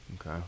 Okay